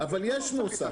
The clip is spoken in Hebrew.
אבל יש נוסח.